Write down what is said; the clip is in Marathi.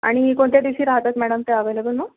आणि कोणत्या दिवशी राहतात मॅडम ते अव्हेलेबल मग